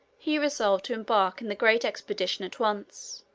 he resolved to embark in the great expedition at once.